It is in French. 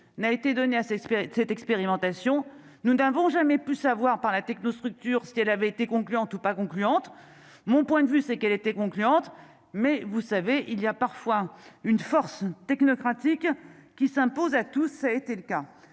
n'a été donnée à s'inspirer de cette expérimentation, nous n'avons jamais pu savoir par la technostructure, si elle avait été conclu en tout pas concluante mon point de vue, c'est qu'elle était concluante, mais vous savez, il y a parfois une force technocratique qui s'impose à tous, a été le cas,